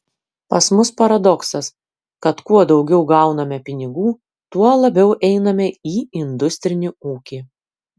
pas mus paradoksas kad kuo daugiau gauname pinigų tuo labiau einame į industrinį ūkį